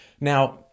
Now